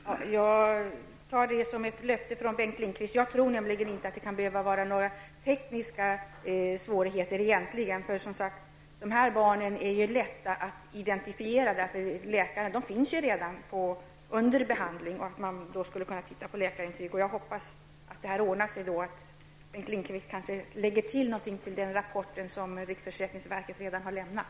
Herr talman! Jag tar detta som ett löfte från Bengt Lindqvist. Jag tror nämligen inte att det egentligen kan finnas några tekniska svårigheter. Dessa barn är lätta att identifiera, eftersom de redan är under behandling. Man borde då kunna se på läkarintyg. Jag hoppas att detta kommer att ordna sig och att Bengt Lindqvist kanske lägger någonting till den rapport som riksförsäkringsverket redan har lämnat.